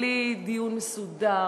בלי דיון מסודר,